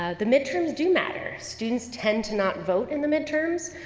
ah the midterms do matter. students tend to not vote in the midterms,